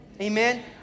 Amen